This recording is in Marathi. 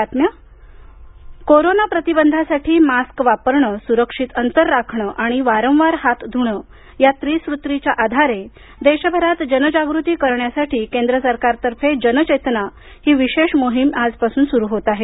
जनआंदोलन कोरोना प्रतिबंधासाठी मास्क वापरणं सुरक्षित अंतर राखणं आणि वारंवार हात धुणं या त्रिसूत्रीच्या आधारे देशभरात जनजागृती करण्यासाठी केंद्र सरकारतर्फे जनचेतना ही विशेष मोहीम सुरु आजपासून सुरू होत आहे